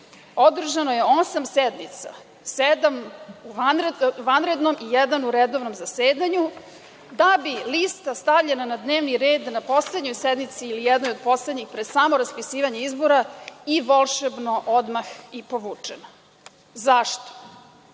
održano je osam sednica, sedam u vanrednom i jedna u redovnom zasedanju, da bi lista stavljena na dnevni red na poslednjoj sednici ili jednoj od poslednjih pred samo raspisivanje izbora i volšebno odmah i povučena. Zašto?